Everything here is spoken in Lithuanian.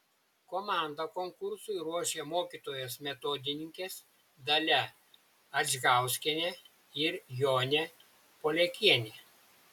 komandą konkursui ruošė mokytojos metodininkės dalia adžgauskienė ir jonė poliakienė